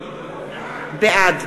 בעד